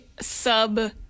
sub